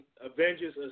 Avengers